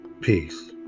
Peace